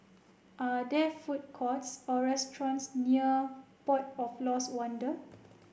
are there food courts or restaurants near Port of Lost Wonder